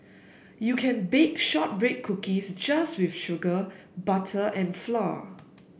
you can bake shortbread cookies just with sugar butter and flour